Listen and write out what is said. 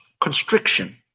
constriction